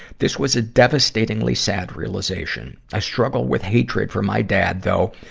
this was a devastatingly sad realization. i struggle with hatred for my dad, though,